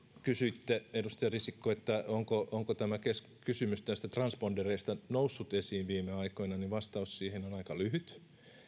kysyitte edustaja risikko onko tämä kysymys transpondereista noussut esiin viime aikoina ja vastaus siihen on aika lyhyt